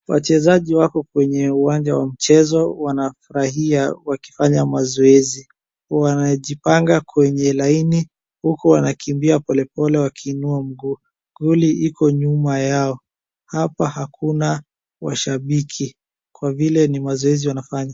Wachezaji wako kwenye uwanja wa mchezo wanafurahia wakifanya mazoezi. Wanajipanga kwenye laini, huku wanakimbia polepole wakiinua mguu. Goli iko nyuma yao. Hapa hakuna mashabiki kwa vile ni mazoezi wanafanya.